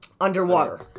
underwater